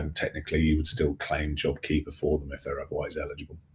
and technically you would still claim jobkeeper for them if they're otherwise eligible.